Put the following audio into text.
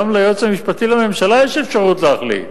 גם ליועץ המשפטי לממשלה יש אפשרות להחליט.